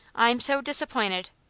i'm so disappointed.